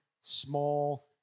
small